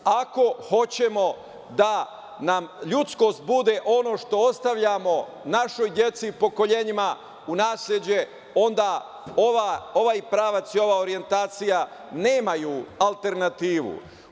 Ako hoćemo da nam ljudskost bude ono što ostavljamo našoj deci i pokolenjima u nasleđe, onda ovaj pravac i ova orijentacija nemaju alternativu.